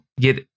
get